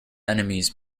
enemies